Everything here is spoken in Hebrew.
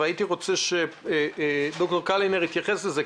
והייתי רוצה שד"ר קלינר יתייחס לזה.